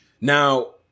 Now